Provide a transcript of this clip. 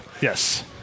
Yes